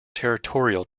territorial